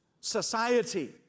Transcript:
society